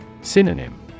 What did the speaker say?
Synonym